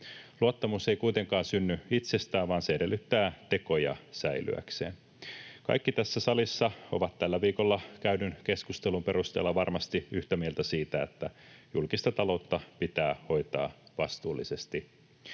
Luottamus ei kuitenkaan synny itsestään, vaan se edellyttää tekoja säilyäkseen. Kaikki tässä salissa ovat tällä viikolla käydyn keskustelun perusteella varmasti yhtä mieltä siitä, että julkista taloutta pitää hoitaa vastuullisesti.